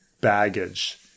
baggage